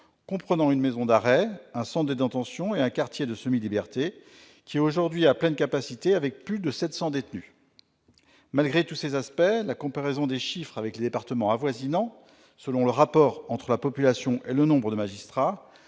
comprenant une maison d'arrêt, un centre de détention et un quartier de semi-liberté, qui est aujourd'hui à pleine capacité avec plus de 700 détenus. Malgré tous ces éléments, la comparaison des chiffres avec les départements avoisinants, selon le rapport entre la population et le nombre de magistrats,